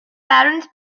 parents